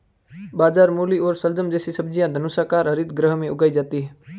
गाजर, मूली और शलजम जैसी सब्जियां धनुषाकार हरित गृह में उगाई जाती हैं